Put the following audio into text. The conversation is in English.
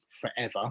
forever